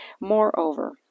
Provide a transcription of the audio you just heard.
moreover